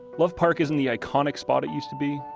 love park isn't the iconic spot it used to be,